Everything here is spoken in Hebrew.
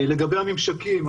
לגבי הממשקים,